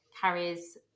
carries